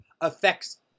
affects